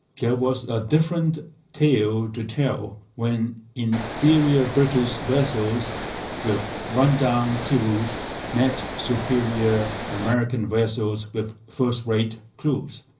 there was a different tale to tell when inferior british vessels with run-down crews met superior american vessels with first-rate crews.